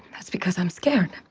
that's because i'm scared.